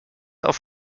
auf